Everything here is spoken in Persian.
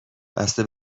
بسته